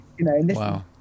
wow